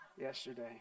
yesterday